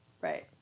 Right